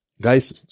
Guys